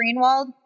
Greenwald